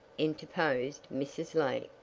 interposed mrs. lee.